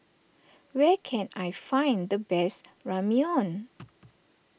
where can I find the best Ramyeon